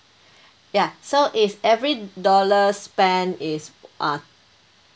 ya so if every dollar spend is uh